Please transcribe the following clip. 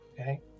Okay